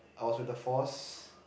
I was with the force